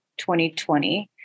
2020